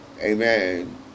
Amen